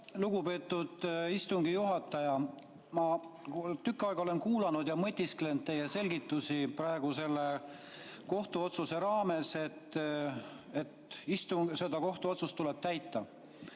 Lugupeetud istungi juhataja! Ma tükk aega olen kuulanud ja mõtisklenud teie selgituste üle selle kohta, et seda kohtuotsust tuleb täita.